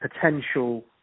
potential